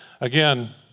Again